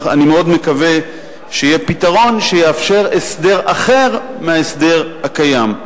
אני מאוד מקווה שיהיה פתרון שיאפשר הסדר אחר מההסדר הקיים.